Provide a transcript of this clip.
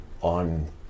on